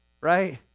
right